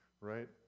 right